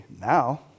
now